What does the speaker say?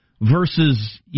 versus